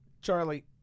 charlie